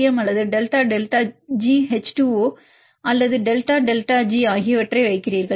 M அல்லது delta delta G H 2 O அல்லது delta delta G ஆகியவற்றை வைக்கிறீர்கள்